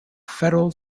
federal